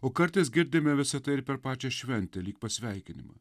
o kartais girdime visa tai ir per pačią šventę lyg pasveikinimą